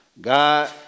God